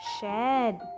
shed